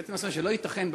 הגעתי למסקנה שלא ייתכן,